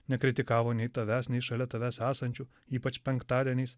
nekritikavo nei tavęs nei šalia tavęs esančių ypač penktadieniais